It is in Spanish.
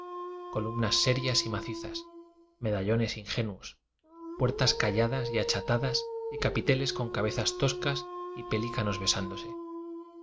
nas serias y macizas medallones ingenuos puertas calladas y achatadas y capiteles con cabezas toscas y pelícanos besándose